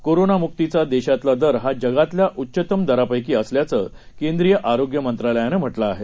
कोरोनामुक्तीचा देशातला दर हा जगातल्या उच्चत्म दरापैकी असल्याचं केंद्रीय आरोग्य मंत्रालयानं म्हटलं आहे